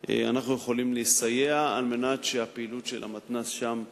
אנו יכולים לסייע כדי שפעילות המתנ"ס שם תימשך.